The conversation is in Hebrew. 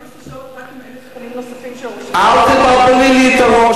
18 שעות נוספות, אל תבלבלי לי את הראש.